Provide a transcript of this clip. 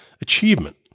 achievement